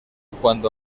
cuando